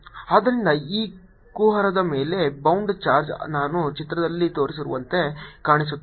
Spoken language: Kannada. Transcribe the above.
r Pcosθ ಆದ್ದರಿಂದ ಈ ಕುಹರದ ಮೇಲಿನ ಬೌಂಡ್ ಚಾರ್ಜ್ ನಾನು ಚಿತ್ರದಲ್ಲಿ ತೋರಿಸಿರುವಂತೆ ಕಾಣಿಸುತ್ತದೆ